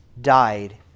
died